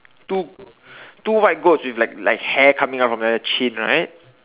two two white goats with like like hair coming out from the chin right